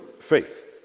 faith